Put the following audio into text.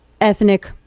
Ethnic